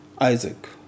Isaac